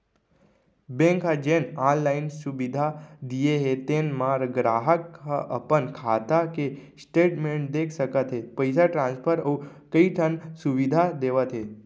bank ह जेन online सुबिधा दिये हे तेन म गराहक ह अपन खाता के स्टेटमेंट देख सकत हे, पइसा ट्रांसफर अउ कइ ठन सुबिधा देवत हे